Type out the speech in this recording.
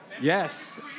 Yes